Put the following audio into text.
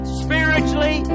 spiritually